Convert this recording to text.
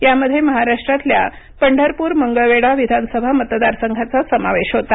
यामध्ये महाराष्ट्रातल्या पंढरपूर मंगळवेढा विधानसभा मतदारसंघाचा समावेश होता